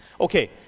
Okay